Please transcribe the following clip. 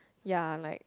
ya like